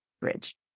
Bridge